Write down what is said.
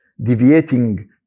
deviating